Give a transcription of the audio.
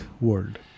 world